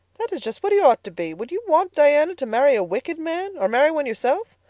that's just what he ought to be. would you want diana to marry a wicked man? or marry one yourself?